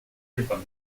日本